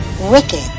wicked